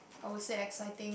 I would say exciting